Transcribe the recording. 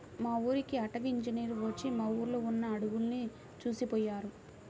మా ఊరికి అటవీ ఇంజినీర్లు వచ్చి మా ఊర్లో ఉన్న అడువులను చూసిపొయ్యారు